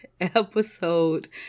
episode